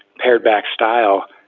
pared back style,